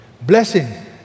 Blessing